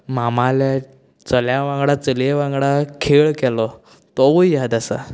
मामाल्या चल्या वांगडा चलये वांगडा खेळ केलो तोवूय याद आसा